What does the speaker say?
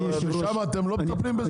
שם אתם לא מטפלים בזה?